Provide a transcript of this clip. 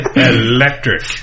electric